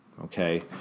okay